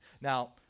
Now